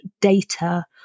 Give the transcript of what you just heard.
data